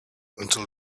until